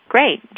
Great